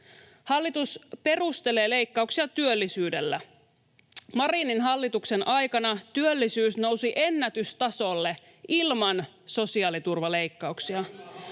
Hallitus perustelee leikkauksia työllisyydellä. Marinin hallituksen aikana työllisyys nousi ennätystasolle ilman sosiaaliturvaleikkauksia.